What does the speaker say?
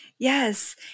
Yes